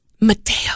Mateo